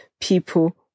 people